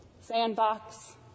Sandbox